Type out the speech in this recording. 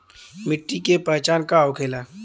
मिट्टी के पहचान का होखे ला?